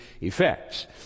effects